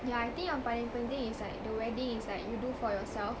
yeah I think yang paling penting is like the wedding it's like you do for yourself